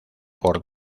por